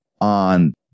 on